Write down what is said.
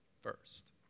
first